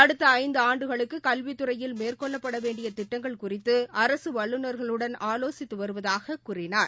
அடுத்தஐந்துஆண்டுகளுக்குகல்வித்துறையில் மேற்கொள்ளப்படவேண்டியதிட்டங்கள் குறித்துஅரசுவல்லுநா்களுடன் ஆலோசித்துவருவதாகக் கூறினார்